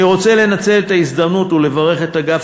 אני רוצה לנצל את ההזדמנות ולברך את אגף